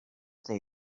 tail